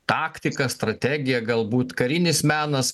taktika strategija galbūt karinis menas